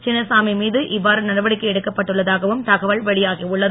சின்னசாமி மீது இவ்வாறு நடவடிக்கை எடுக்கப் பட்டுள்ளதாகவும் தகவல் வெளியாகியுள்ளது